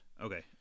Okay